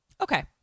Okay